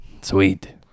sweet